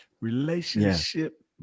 Relationship